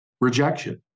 Rejection